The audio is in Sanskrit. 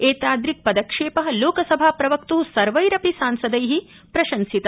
एतादृक् पदक्षेप लोकसभाप्रवक्तु सर्वैरपि सांसदै प्रशंसित